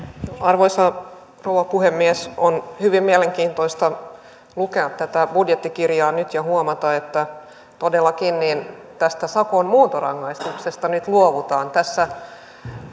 arvoisa rouva puhemies on hyvin mielenkiintoista lukea tätä budjettikirjaa nyt ja huomata että todellakin tästä sakon muuntorangaistuksesta nyt luovutaan tässä